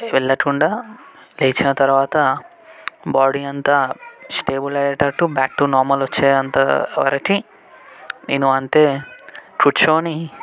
వెళ్ళకుండా లేచిన తరువాత బాడీ అంతా స్టేబుల్ అయ్యేటట్టు బ్యాక్ టూ నార్మల్ వచ్చేంత వరకు నేను అంతే కూర్చొని